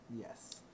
Yes